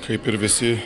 kaip ir visi